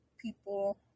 People